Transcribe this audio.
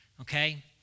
okay